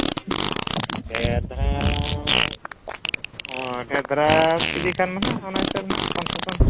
ᱦᱮᱸ ᱛᱟᱦᱚᱞᱮ ᱰᱷᱮ ᱨ ᱫᱟᱨᱟᱢ ᱤᱫᱤ ᱠᱷᱟᱱ ᱫᱚ ᱱᱟᱦᱟᱜ ᱚᱱᱟ ᱦᱤᱥᱟᱹᱵᱽ ᱱᱟᱦᱟᱜ ᱠᱚᱱᱥᱮᱥᱚᱱ